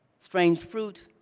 strange fruit,